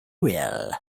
well